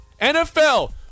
NFL